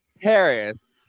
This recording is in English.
harris